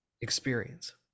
experience